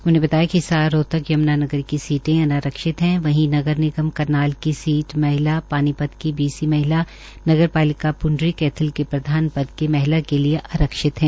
उन्होंने बताया कि हिसार रोहतक यम्नानगर की सीटें अनारक्षित हैं वहीं नगर निगम करनाल की सीट महिला पानीपत की बीसी महिला नगर पालिका पृण्डरीकैथल के प्रधान पद की महिला के लिये आरक्षित है